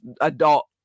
adult